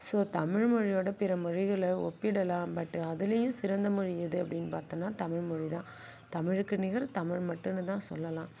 so தமிழ்மொழியோடு பிற மொழிகளை ஒப்பிடலாம் பட் அதுலேயும் சிறந்த மொழி எது அப்படின்னு பார்த்தோன்னா தமிழ்மொழிதான் தமிழுக்கு நிகர் தமிழ் மட்டுன்னுதான் சொல்லலாம்